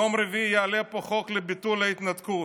ביום רביעי יעלה פה חוק לביטול ההתנתקות.